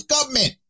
government